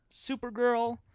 Supergirl